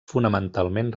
fonamentalment